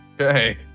Okay